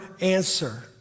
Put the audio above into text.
answer